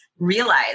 realize